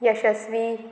यशस्वी